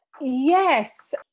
Yes